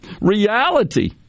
reality